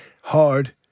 Hard